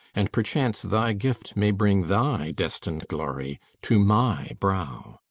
and perchance thy gift may bring thy destined glory to my brow.